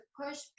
push